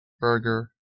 Burger